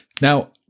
Now